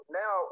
now